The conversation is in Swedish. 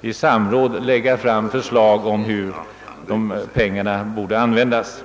i samråd framlägga förslag om hur pengarna skall användas.